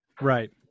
Right